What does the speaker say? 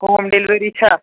home delivery چھا